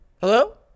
Hello